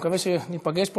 מקווה שניפגש פה,